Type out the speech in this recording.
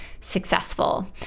successful